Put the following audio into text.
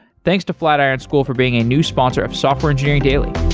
thanks to flatiron school for being a new sponsor of software engineering daily.